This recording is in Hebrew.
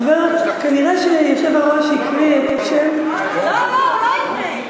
כנראה היושב-ראש הקריא שם, לא לא, הוא לא הקריא.